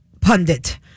pundit